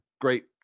great